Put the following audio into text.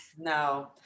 No